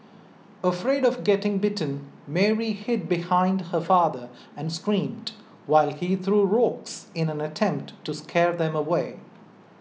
afraid of getting bitten Mary hid behind her father and screamed while he threw rocks in an attempt to scare them away